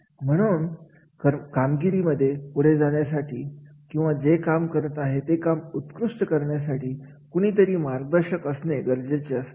म्हणून कामगिरीमध्ये पुढे जाण्यासाठी किंवा जे काम करत आहे ते काम उत्कृष्ट करण्यासाठी कुणीतरी मार्गदर्शक असणे गरजेचे असते